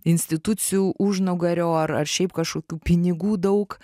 institucijų užnugario ar ar šiaip kažkokių pinigų daug